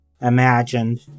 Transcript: imagined